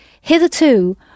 Hitherto